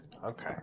Okay